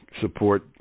support